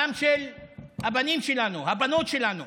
דם של הבנים שלנו, הבנות שלנו.